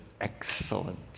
excellent